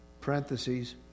Parentheses